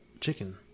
chicken